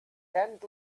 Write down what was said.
tent